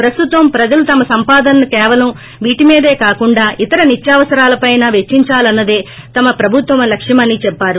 ప్రస్తుతం ప్రజలు తమ సంపాదనను కేవలం వీటిమీదే కాకుండా ఇతర నిత్యావసరాలపైనా పెచ్చించాలన్నదే తమ ప్రభుత్వ లక్ష్యమని చెప్పారు